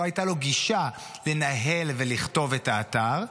לא הייתה לו גישה לנהל ולכתוב את האתר.